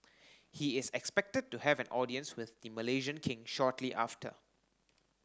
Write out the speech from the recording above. he is expected to have an audience with the Malaysian King shortly after